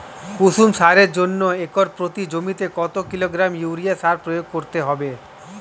কুসুম চাষের জন্য একর প্রতি জমিতে কত কিলোগ্রাম ইউরিয়া সার প্রয়োগ করতে হবে?